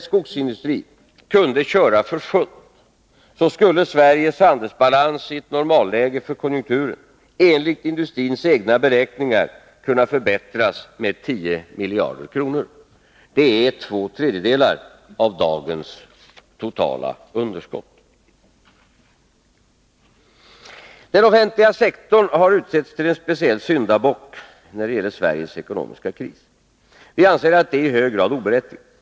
Om skogsindustrin kunde köra för fullt skulle Sveriges handelsbalans i ett normalläge för konjunkturen, enligt industrins egna beräkningar, kunna förbättras med 10 miljarder kronor. Det är två tredjedelar av dagens totala underskott. Den offentliga sektorn har utsetts till en speciell syndabock i Sveriges ekonomiska kris. Vi anser att detta är i hög grad oberättigat.